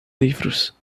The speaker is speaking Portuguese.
livros